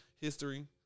history